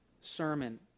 sermon